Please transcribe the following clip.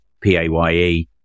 PAYE